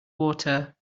water